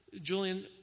Julian